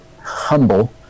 humble